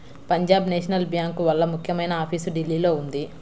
Punjab National Bank వాళ్ళ ముఖ్యమైన office ఢిల్లీలో ఉంది